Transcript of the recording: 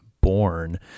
born